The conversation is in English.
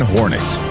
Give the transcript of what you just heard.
Hornets